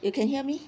you can hear me